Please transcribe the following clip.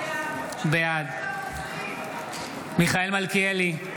בעד מיכאל מלכיאלי,